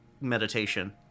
meditation